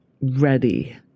ready